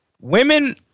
Women